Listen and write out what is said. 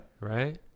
right